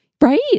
right